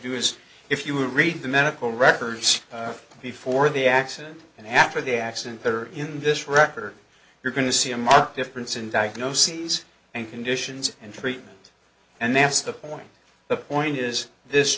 do is if you read the medical records before the accident and after the accident that are in this record you're going to see a marked difference in diagnoses and conditions and treatment and that's the point the point is this